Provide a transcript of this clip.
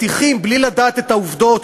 איך מטיחים בלי לדעת את העובדות,